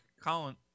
Colin